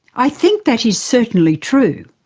i think that is certainly true,